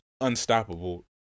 unstoppable